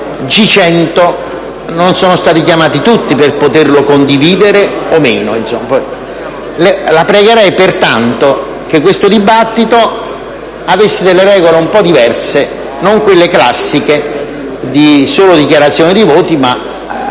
G100, non sono stati chiamati tutti, per poterlo condividere o meno. La pregherei pertanto di far sì che questo dibattito abbia delle regole un po' diverse, non quelle classiche che prevedono solo dichiarazioni di voto, al